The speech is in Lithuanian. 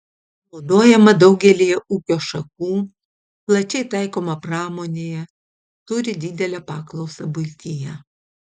naudojama daugelyje ūkio šakų plačiai taikoma pramonėje turi didelę paklausą buityje